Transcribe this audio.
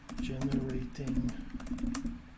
generating